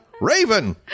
Raven